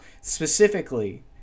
specifically